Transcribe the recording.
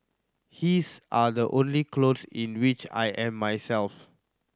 his are the only clothes in which I am myself